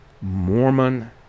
Mormon